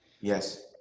Yes